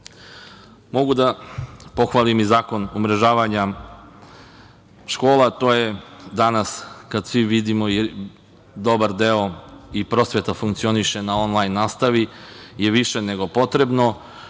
da pohvalim i zakon umrežavanja škola. To je danas kada svi vidimo dobar deo i prosveta funkcioniše na onlajn nastavi i više nego potrebno.